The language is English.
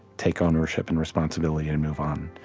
take ownership and responsibility, and move on.